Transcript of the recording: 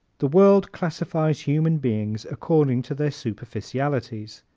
the world classifies human beings according to their superficialities.